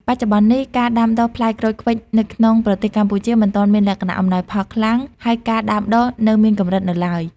បច្ចុប្បន្ននេះ ការដាំដុះផ្លែក្រូចឃ្វិចនៅក្នុងប្រទេសកម្ពុជា មិនទាន់មានលក្ខណៈអំណោយផលខ្លាំង ហើយការដាំដុះនៅមានកម្រិតនៅឡើយ។